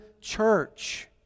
church